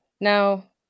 now